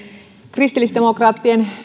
kristillisdemokraattien